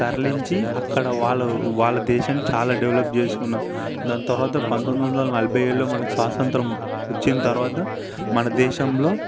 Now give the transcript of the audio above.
తరలించి అక్కడ వాళ్ళు వాళ్ళ దేశం చాలా డెవలప్ చేసుకున్నారు దాని తర్వాత పంతొమ్మిది వందల నలభైయేడులో మనకు స్వాతంత్రం వచ్చిన తర్వాత మన దేశంలో